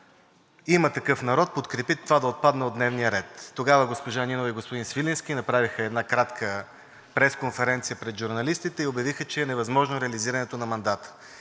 „Има такъв народ“ подкрепи това да отпадне от дневния ред. Тогава госпожа Нинова и господин Свиленски направиха една кратка пресконференция пред журналистите и обявиха, че е невъзможно реализирането на мандата.